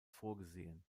vorgesehen